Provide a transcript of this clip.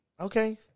okay